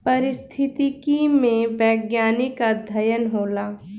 पारिस्थितिकी में वैज्ञानिक अध्ययन होला